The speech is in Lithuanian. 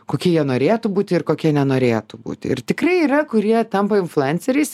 kokie jie norėtų būti ir kokie nenorėtų būti ir tikrai yra kurie tampa influenceriais